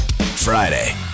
Friday